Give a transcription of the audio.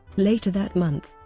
later that month,